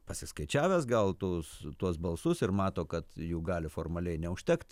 pasiskaičiavęs gal tus tuos balsus ir mato kad jų gali formaliai neužtekt